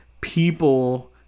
people